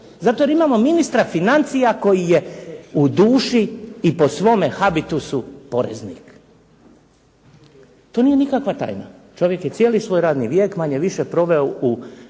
Zato jer imamo ministra financija koji je u duši i po svome habitusu poreznik. To nije nikakva tajna. Čovjek je cijeli svoj radni vijek manje-više proveo kao